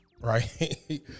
right